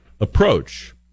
approach